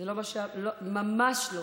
זה לא מה, ממש לא.